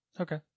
Okay